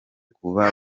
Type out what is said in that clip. kuva